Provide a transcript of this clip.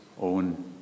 own